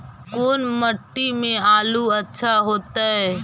कोन मट्टी में आलु अच्छा होतै?